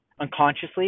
unconsciously